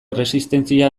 erresistentzia